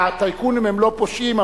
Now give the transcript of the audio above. הטייקונים הם לא פושעים,